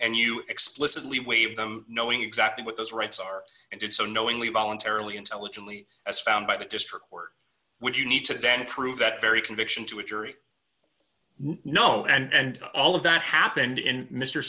and you explicitly waive them knowing exactly what those rights are and did so knowingly voluntarily intelligently as found by the district court which you need today and prove that very conviction to a jury no and all of that happened in m